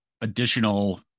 additional